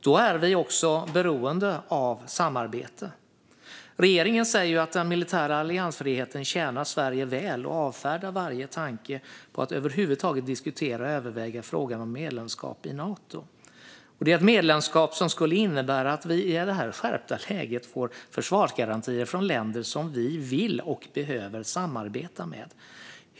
Då är vi också beroende av samarbete. Regeringen säger att den militära alliansfriheten tjänar Sverige väl och avfärdar varje tanke på att över huvud taget diskutera och överväga frågan om medlemskap i Nato. Det är ett medlemskap som skulle innebära att vi i detta skärpta läge får försvarsgarantier från länder som vi vill och behöver samarbeta med.